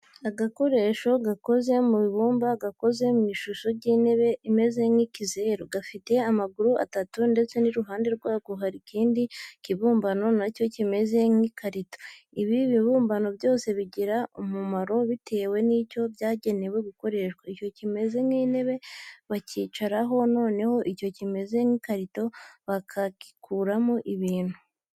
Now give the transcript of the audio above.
Agakoresho gakoze mu ibumba gakoze mu ishusho y'intebe imeze nk'ikizeru, gafite amaguru atatu ndetse iruhande rwako hari ikindi kibumbano na cyo kimeze nk'ikarito. Ibi bibumbano byose bigira umumaro bitewe n'icyo byagenewe gukoreshwa. Icyo kimeze nk'intebe bacyicaraho, noneho icyo kimeze nk'ikarito bakakibikamo ibintu.